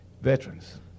veterans